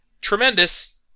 Tremendous